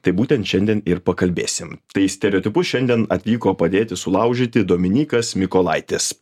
tai būtent šiandien ir pakalbėsim tai stereotipus šiandien atvyko padėti sulaužyti dominykas mykolaitis